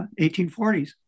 1840s